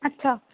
ਅੱਛਾ